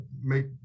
make